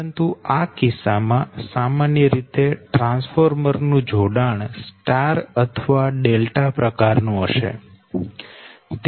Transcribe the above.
પરંતુ આ કિસ્સામાં સામાન્ય રીતે ટ્રાન્સફોર્મર નું જોડાણ સ્ટાર અથવા ડેલ્ટા પ્રકાર નું હશે